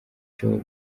joe